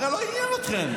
הרי לא עניין אתכם,